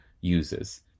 uses